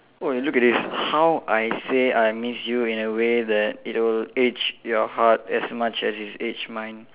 oh look at this how I say I miss you in a way that it will ache your heart as much as it ache mine